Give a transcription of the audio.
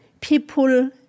people